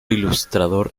ilustrador